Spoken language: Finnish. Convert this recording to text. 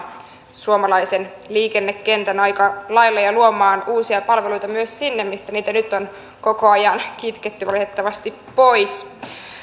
suomalaisen liikennekentän aika lailla ja luomaan uusia palveluita myös sinne mistä niitä nyt on koko ajan kitketty valitettavasti pois